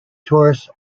tourists